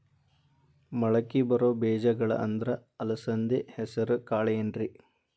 ಮಳಕಿ ಬರೋ ಬೇಜಗೊಳ್ ಅಂದ್ರ ಅಲಸಂಧಿ, ಹೆಸರ್ ಕಾಳ್ ಏನ್ರಿ?